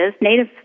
native